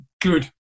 good